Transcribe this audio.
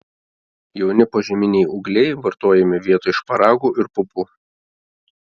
jauni požeminiai ūgliai vartojami vietoj šparagų ir pupų